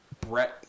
Brett